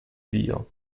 dio